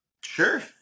Sure